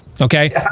okay